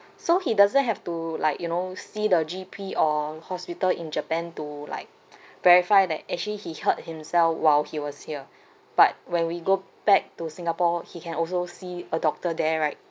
so he doesn't have to like you know see the G_P or hospital in japan to like verify that actually he hurt himself while he was here but when we go back to singapore he can also see a doctor there right